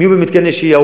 הם יהיו במתקני שהייה,